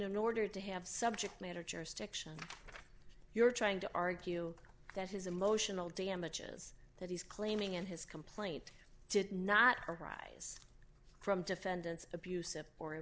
in order to have subject matter jurisdiction you're trying to argue that his emotional damages that he's claiming in his complaint did not arise from defendant's abusive or